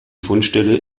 fundstelle